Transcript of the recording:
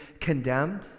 condemned